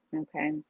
Okay